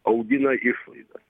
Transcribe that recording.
augina išlaidas